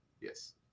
Yes